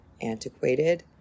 antiquated